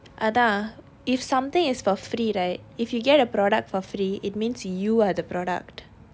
அதான்:athaan if something is for free right if you get a product for free it means you are the product